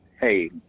hey